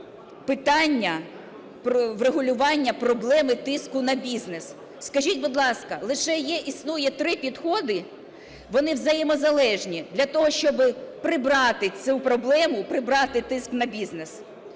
питання про врегулювання проблеми тиску на бізнес. Скажіть, будь ласка, лише є, існує три підходи, вони взаємозалежні для того, щоби прибрати цю проблему, прибрати тиск на бізнес